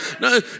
No